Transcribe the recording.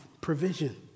provision